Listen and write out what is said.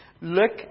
Look